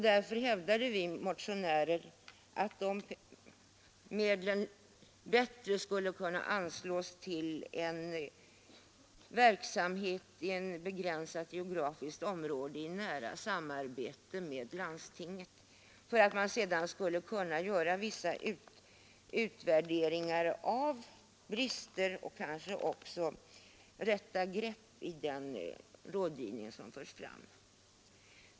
Därför hävdade vi motionärer att de medlen hellre borde anslås till en verksamhet i ett begränsat geografiskt område i nära samarbete med landstinget för att man skulle kunna göra vissa utvärderingar av brister och få rätta grepp i den rådgivning som förs fram.